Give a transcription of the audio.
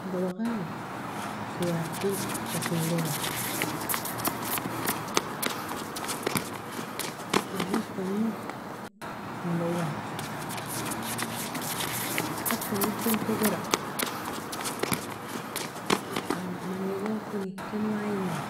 In babaghai kawartin fasilia, in rishtani molawana, agtanikon kogora, mani gon koni ken wainana